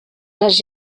les